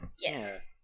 yes